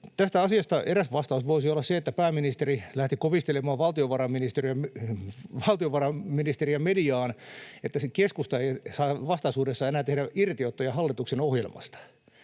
Yksi vastaus tähän asiaan voisi olla se, että pääministeri lähti kovistelemaan valtiovarainministeriä mediaan, että keskusta ei saa vastaisuudessa enää tehdä irtiottoja hallituksen ohjelmasta.